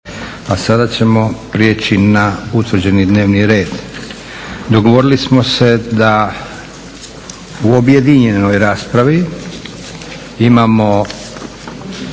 A sada ćemo prijeći na utvrđeni dnevni red. Dogovorili smo se da u objedinjenoj raspravi imamo: